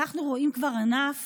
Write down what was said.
אנחנו רואים כבר ענף